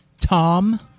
Tom